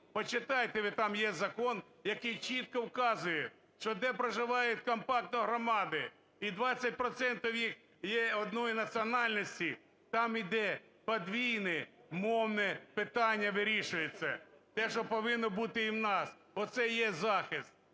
Почитайте ви, там є закон, який чітко вказує, що де проживають компактно громади, і 20 процентів їх є однієї національності, там іде подвійне мовне питання вирішує це. Те, що повинно бути і у нас. Оце і є захист.